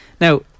Now